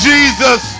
Jesus